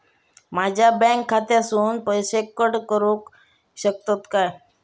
माझ्या बँक खात्यासून पैसे कट करुक शकतात काय?